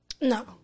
No